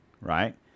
right